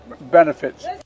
benefits